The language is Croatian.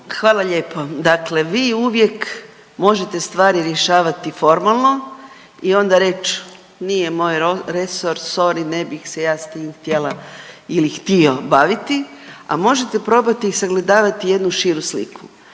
Hvala lijepo. Dakle, vi uvijek možete stvari rješavati formalno i onda reći nije moj resor sorry ne bih se ja s tim htjela ili htio baviti, a možete probati i sagledavati jednu širu sliku.